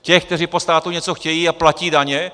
Těch, kteří po státu něco chtějí a platí daně?